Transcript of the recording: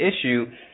issue –